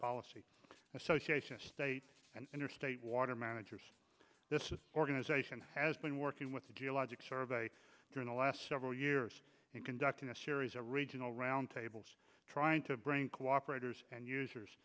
policy association of state and interstate water managers this organization has been working with the geological survey in the last several years in conducting a series a regional roundtables trying to bring cooperators and users